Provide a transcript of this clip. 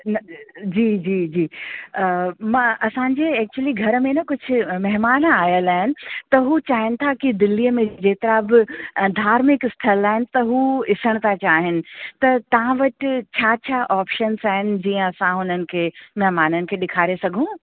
न जी जी जी मां असांजे एक्चुअली घर में न कुझु महिमान आयल आहिनि त हू चाहिनि था की दिल्लीअ में जेतिरा ॿ धार्मिक स्थल आहिनि त हू ॾिसण था चाहिनि त तव्हां वटि छा छा ऑपशन्स आहिनि जीअं असां उन्हनि खे महिमाननि खे ॾेखारे सघूं